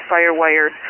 Firewire